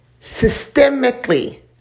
systemically